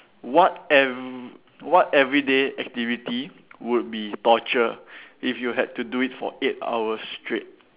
what ev~ what everyday activity would be torture if you had to do it for eight hours straight